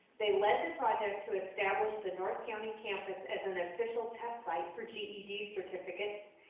they led the project to establish the north county campus as an official test site for ged certificates,